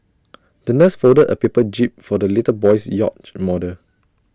the nurse folded A paper jib for the little boy's yacht model